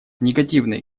негативные